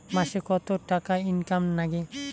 মাসে কত টাকা ইনকাম নাগে?